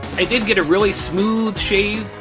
i did get a really smooth shave,